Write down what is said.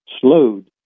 slowed